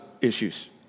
issues